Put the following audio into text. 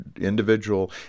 individual